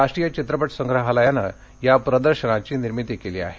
राष्ट्रीय चित्रपट संग्रहालयानं या प्रदर्शनाची निर्मिती केली आहे